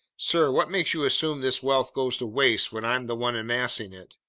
sir, what makes you assume this wealth goes to waste when i'm the one amassing it?